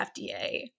fda